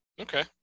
Okay